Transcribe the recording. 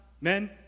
Men